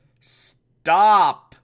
stop